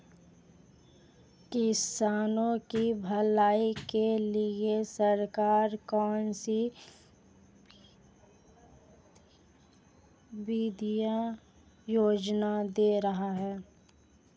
किसानों की भलाई के लिए सरकार कौनसी वित्तीय योजना दे रही है?